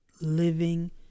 living